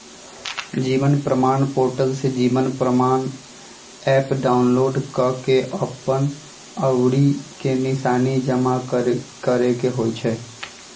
जीवन प्रमाण पोर्टल से जीवन प्रमाण एप डाउनलोड कऽ के अप्पन अँउरी के निशान जमा करेके होइ छइ